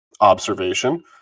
observation